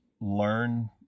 learn